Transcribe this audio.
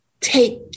take